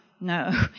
No